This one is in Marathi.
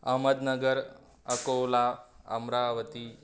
अहमदनगर अकोला अमरावती